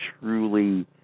truly